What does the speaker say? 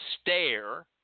stare